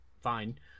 fine